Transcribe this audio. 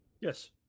Yes